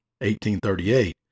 1838